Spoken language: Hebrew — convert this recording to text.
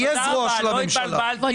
כבוד